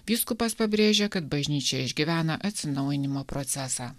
vyskupas pabrėžė kad bažnyčia išgyvena atsinaujinimo procesą